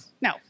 no